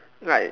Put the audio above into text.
like